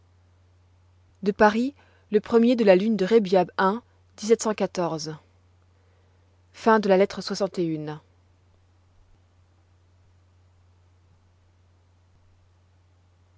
de paris le premier de la lune de rebiab i lettre